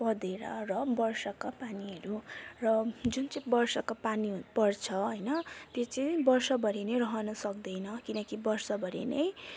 पँधेरा र वर्षाका पानीहरू र जुन चाहिँ वर्षाका पानी पर्छ हैन त्यो चैँ बर्षभरि नै रहन सक्दैन किनकि बर्षभरी नै